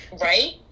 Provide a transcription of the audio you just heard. Right